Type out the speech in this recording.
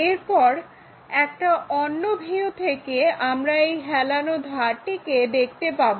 এরপর একটা অন্য ভিউ থেকে আমরা এই হেলানো ধারটিকে দেখতে পাবো